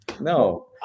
no